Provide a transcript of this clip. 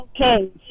okay